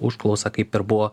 užklausa kaip ir buvo